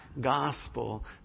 gospel